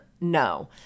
No